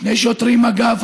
שני שוטרי מג"ב,